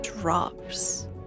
drops